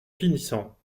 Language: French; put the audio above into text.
finissant